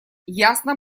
ясно